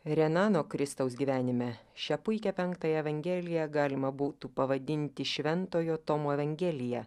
renano kristaus gyvenime šią puikią penktąją evangeliją galima būtų pavadinti šventojo tomo evangelija